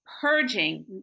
Purging